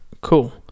Cool